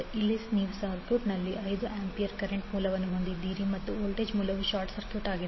ಇಲ್ಲಿ ನೀವು ಸರ್ಕ್ಯೂಟ್ನಲ್ಲಿ 5 ಆಂಪಿಯರ್ ಕರೆಂಟ್ ಮೂಲವನ್ನು ಹೊಂದಿದ್ದೀರಿ ಮತ್ತು ವೋಲ್ಟೇಜ್ ಮೂಲವು ಶಾರ್ಟ್ ಸರ್ಕ್ಯೂಟ್ ಆಗಿದೆ